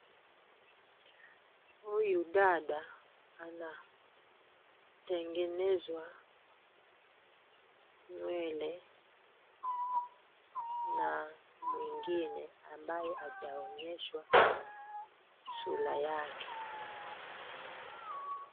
Huyu dada anatengenezwa nywele na mwingine ambaye hajaonyeshwa sura yake.